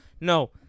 No